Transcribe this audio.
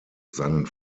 seinen